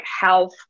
health